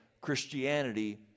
Christianity